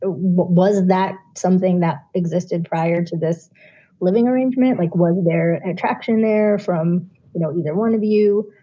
ah was that something that existed prior to this living arrangement? like, was there an attraction there from you know either one of you?